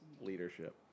Leadership